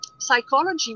psychology